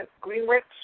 Greenwich